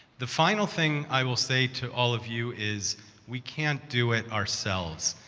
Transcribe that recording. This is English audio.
the final thing i will say to all of you is we can't do it ourselves.